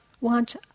want